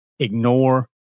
ignore